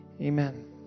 amen